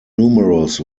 numerous